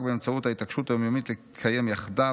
רק באמצעות ההתעקשות היום-יומית לקיים יחדיו